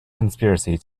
conspiracy